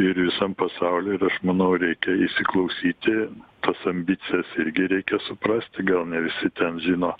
ir visam pasauly ir aš manau reikia įsiklausyti tas ambicijas irgi reikia suprasti gal ne visi ten žino